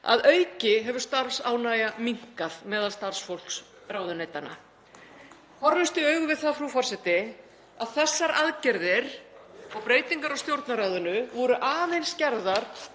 Að auki hefur starfsánægja minnkað meðal starfsfólks ráðuneytanna. Horfumst í augu við það, frú forseti, að þessar aðgerðir og breytingar á Stjórnarráðinu voru aðeins gerðar